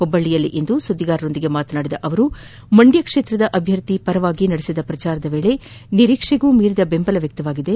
ಹುಬ್ಬಳ್ಳಿಯಲ್ಲಿಂದು ಸುದ್ದಿಗಾರರೊಂದಿಗೆ ಮಾತನಾಡಿದ ಅವರು ಮಂಡ್ಯ ಕ್ಷೇತ್ರದ ಅಭ್ಯರ್ಥಿ ಪರ ನಡೆಸಿದ ಪ್ರಚಾರದ ವೇಳೆ ನಿರೀಕ್ಷೆಗೂ ಮೀರಿದ ಬೆಂಬಲ ವ್ಯಕ್ತವಾಗಿದೆ